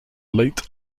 late